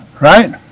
right